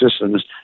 systems